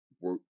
work